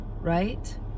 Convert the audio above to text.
Right